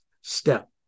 step